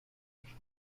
belge